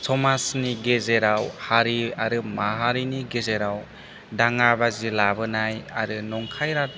समाजनि गेजेराव हारि आरो माहारिनि गेजेराव दाङा बाजि लाबोनाय आरो नंखाय